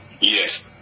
yes